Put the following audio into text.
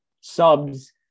subs